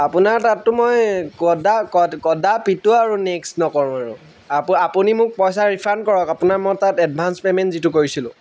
আপোনাৰ তাততো মই কদা কদাপিতো আৰু নেক্সট নকৰোঁ আৰু আপুনি মোক পইচা ৰিফাণ্ড কৰক আপোনাৰ মই তাত এডভান্স পে'মেণ্ট যিটো কৰিছিলোঁ